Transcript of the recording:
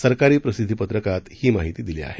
सरकारी प्रसिद्धीपत्रका ही माहिती दिली आहे